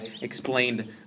explained